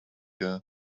there